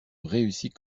réussit